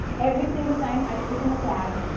every single time i sit in a cab,